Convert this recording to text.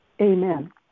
Amen